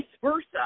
versa